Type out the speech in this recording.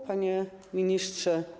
Panie Ministrze!